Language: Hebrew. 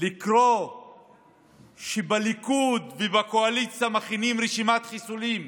לקרוא שבליכוד ובקואליציה מכינים רשימת חיסולים